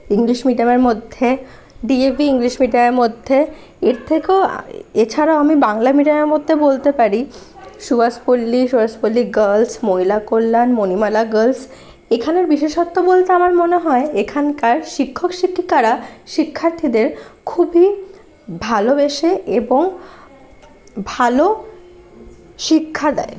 English মিডিয়ামের মধ্যে ডিএপি ইংলিশ মিডিয়ামের মধ্যে এর থেকেও এছাড়াও আমি বাংলা মিডিয়ামের মধ্যে বলতে পারি সুভাষ পল্লী সুভাষ পল্লী গার্লস মহিলা কল্যাণ মণিমালা গার্লস এখানের বিশেষত্ব বলতে আমার মনে হয় এখানকার শিক্ষক শিক্ষিকারা শিক্ষার্থীদের খুবই ভালোবেসে এবং ভালো শিক্ষা দেয়